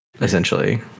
essentially